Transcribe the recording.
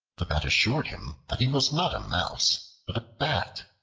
the bat assured him that he was not a mouse, but a bat,